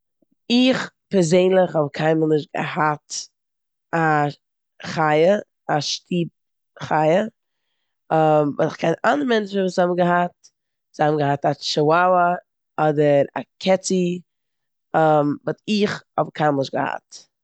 איך פערזענליך האב קיינמאל נישט געהאט א חיה, א שטוב חיה. כ'קען אנדערע מענטשן וואס האבן געהאט. זיי האבן געהאט א טשיוואווא אדער א קעצי באט איך האב קיינמאל נישט געהאט.